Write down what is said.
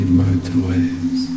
motorways